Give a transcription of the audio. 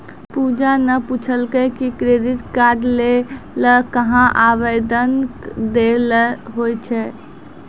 पूजा ने पूछलकै कि क्रेडिट कार्ड लै ल कहां आवेदन दै ल होय छै